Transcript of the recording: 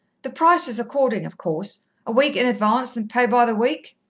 the price is according, of course a week in advance, and pay by the week.